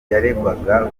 yaregwaga